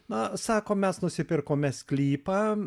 na sako mes nusipirkome sklypą